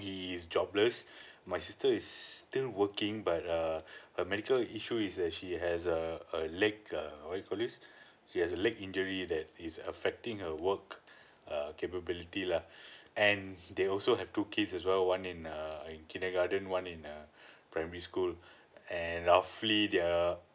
he is jobless my sister is still working but err her medical issue is that she has a a leg uh what you call this she has a leg injury that is affecting her work uh capability lah and they also have two kids as well one in err in kindergarten one in uh primary school and roughly the